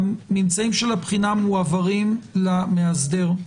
ממצאי הבחינה מועברים למאסדר.